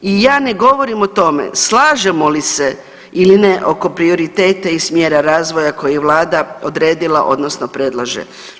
I ja ne govorim o tome slažemo li se ili ne oko prioriteta i smjera razvoja koji je vlada odredila odnosno predlaže.